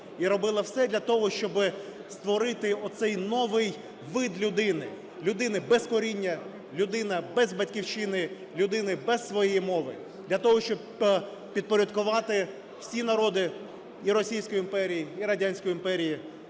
і робила все для того, щоб створити оцей новий вид людини - людини без коріння, людини без Батьківщини, людини без своєї мови, для того щоб підпорядкувати всі народи і Російської імперії, і Радянської імперії